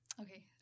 okay